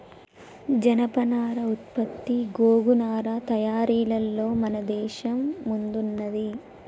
జనపనార ఉత్పత్తి గోగు నారా తయారీలలో మన దేశం ముందున్నది